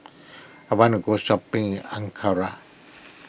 I want to go shopping in Ankara